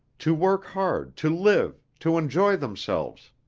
to work hard, to live, to enjoy themselves.